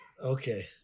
Okay